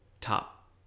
top